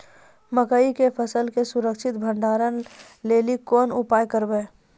मकई के फसल के सुरक्षित भंडारण लेली कोंन उपाय करबै?